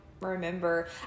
remember